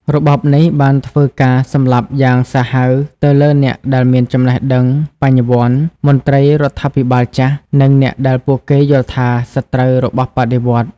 របបនេះបានធ្វើការសម្លាប់យ៉ាងសាហាវទៅលើអ្នកដែលមានចំណេះដឹង បញ្ញាវន្ត មន្ត្រីរដ្ឋាភិបាលចាស់ និងអ្នកដែលពួកគេយល់ថាជាសត្រូវរបស់បដិវត្តន៍។